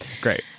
great